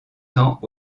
temps